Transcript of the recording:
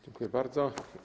Dziękuję bardzo.